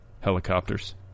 Helicopters